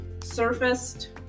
surfaced